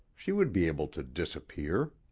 she would be able to disappear.